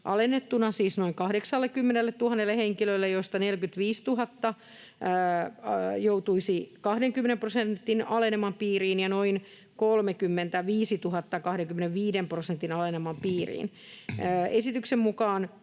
alennettuna noin 80 000 henkilölle, joista 45 000 joutuisi 20 prosentin aleneman piiriin ja noin 35 000 joutuisi 25 prosentin aleneman piiriin. Esityksen mukaan